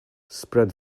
spread